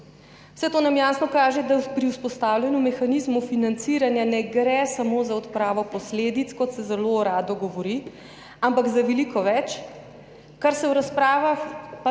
Vse to nam jasno kaže, da pri vzpostavljanju mehanizmov financiranja ne gre samo za odpravo posledic, kot se zelo rado govori, ampak za veliko več, kar se v razpravah tudi pozablja